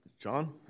John